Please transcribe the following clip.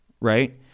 Right